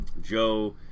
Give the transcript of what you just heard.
Joe